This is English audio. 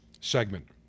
segment